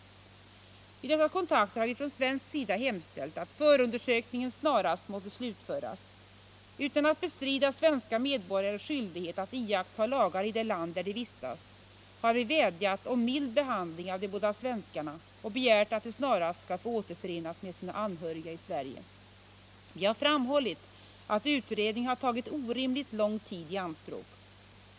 Vid dessa kontakter har vi från svensk sida hemställt att förundersökningen snarast måtte slutföras. Utan att bestrida svenska medborgares skyldighet att iaktta lagarna i det land där de vistas har vi vädjat om mild behandling av de båda svenskarna och begärt att de snarast skall få återförenas med sina anhöriga i Sverige. Vi har framhållit att utredningen har tagit orimligt lång tid i anspråk.